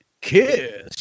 kiss